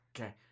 Okay